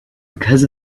because